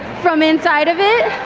from inside of it.